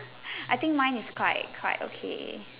I think mine is quite quite okay